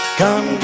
come